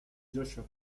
joshua